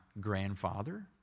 grandfather